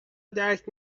درک